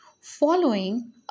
Following